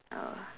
oh